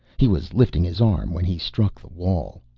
he was lifting his arm when he struck the wall.